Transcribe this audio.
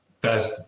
best